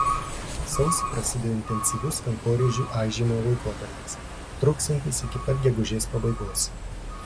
sausį prasidėjo intensyvus kankorėžių aižymo laikotarpis truksiantis iki pat gegužės pabaigos